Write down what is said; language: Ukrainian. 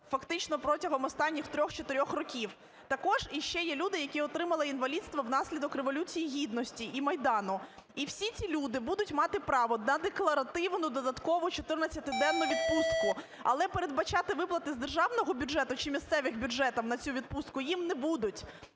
фактично протягом останніх 3-4 років. Також іще є люди, які отримали інвалідність внаслідок Революції Гідності і Майдану. І всі ці люди будуть мати право на декларативну додаткову 14-денну відпустку, але передбачати виплати з державного бюджету чи місцевих бюджетів на цю відпустку їм не будуть.